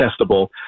testable